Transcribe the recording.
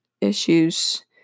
issues